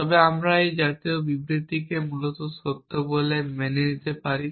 তবে আমরা এই জাতীয় বিবৃতিটি মূলত সত্য বলে মেনে নিতে পারি